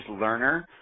learner